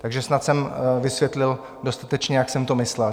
Takže snad jsem vysvětlil dostatečně, jak jsem to myslel.